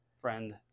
friend